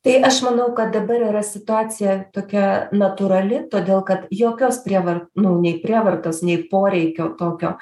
tai aš manau kad dabar yra situacija tokia natūrali todėl kad jokios prievar nu nei prievartos nei poreikio tokio